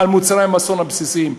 מעל מוצרי המזון הבסיסיים.